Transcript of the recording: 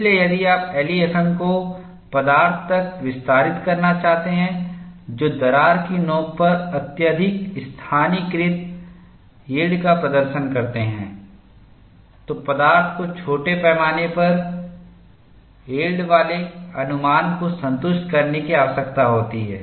इसलिए यदि आप एलईएफएम को पदार्थ तक विस्तारित करना चाहते हैं जो दरार की नोकपर अत्यधिक स्थानीयकृत यील्ड का प्रदर्शन करते हैं तो पदार्थ को छोटे पैमाने पर यील्ड वाले अनुमान को संतुष्ट करने की आवश्यकता होती है